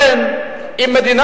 כמובן,